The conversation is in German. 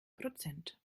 prozent